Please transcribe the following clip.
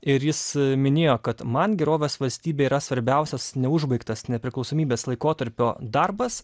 ir jis minėjo kad man gerovės valstybė yra svarbiausias neužbaigtas nepriklausomybės laikotarpio darbas